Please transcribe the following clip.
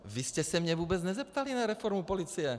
Vy jste se mě vůbec nezeptali na reformu policie.